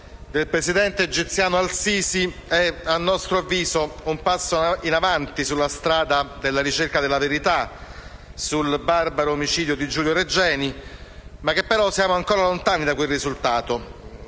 dal presidente egiziano al-Sisi, è a nostro avviso un passo in avanti sulla strada della ricerca della verità sul barbaro omicidio di Giulio Regeni. Siamo, tuttavia, ancora lontani da quel risultato,